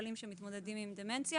בחולים דמנטיים.